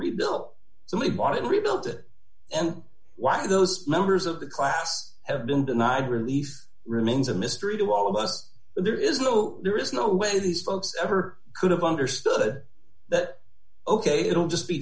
rebuilt so we bought it rebuilt it and why those members of the class have been denied relief remains a mystery to all of us there is no there is no way these folks ever could have understood that ok it'll just be